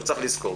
צריך לזכור,